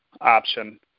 option